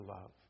love